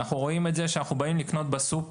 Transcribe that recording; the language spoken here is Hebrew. אנחנו רואים את זה כשאנחנו באים לדוגמא לקנות בסופר,